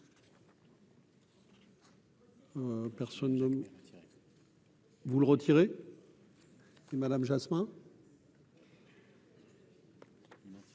Vous le retirer. Et Madame Jasmin.